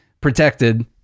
protected